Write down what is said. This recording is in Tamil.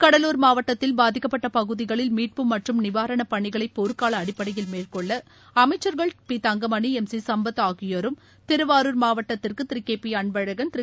கடலூர் மாவட்டத்தில் பாதிக்கப்பட்ட பகுதிகளில் மீட்பு மற்றும் நிவாரண பணிகளை போர்க்கால அடிப்படையில் மேற்கொள்ள அமைச்சர்கள் பிதங்கமணி எம்சிசும்பத் ஆகியோரும் திருவாரூர் மாவட்டத்திற்கு திருகேபி அன்பழகன் திரு